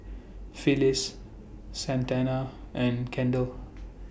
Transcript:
Phyllis Santana and Kendall